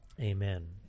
Amen